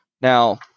Now